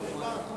חוק ומשפט?